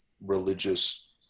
religious